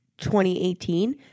2018